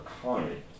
economy